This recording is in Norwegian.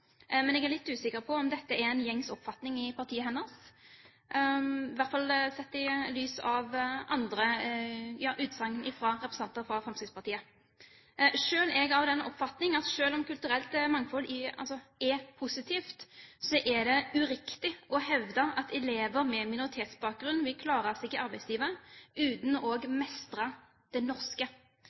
Men jeg er litt usikker på om dette er en gjengs oppfatning i partiet hennes, i hvert fall sett i lys av andre utsagn fra representanter fra Fremskrittspartiet. Selv er jeg av den oppfatning at selv om kulturelt mangfold er positivt, er det uriktig å hevde at elever med minoritetsbakgrunn vil klare seg i arbeidslivet uten å mestre «det norske».